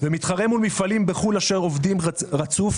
ומתחרה מול מפעלים בחו"ל אשר עובדים רצוף,